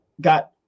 got